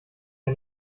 wir